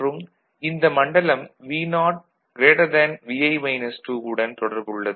மற்றும் இந்த மண்டலம் Vo வுடன் தொடர்புள்ளது